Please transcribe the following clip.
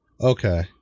Okay